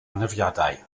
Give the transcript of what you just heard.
anafiadau